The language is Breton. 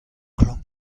klañv